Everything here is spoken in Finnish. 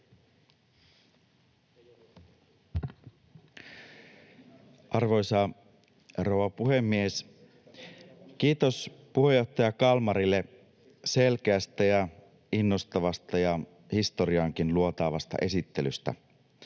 Arvoisa rouva puhemies! Kiitos puheenjohtaja Kalmarille selkeästä ja innostavasta ja historiaankin luotaavasta esittelystä.